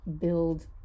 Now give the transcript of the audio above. build